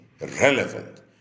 relevant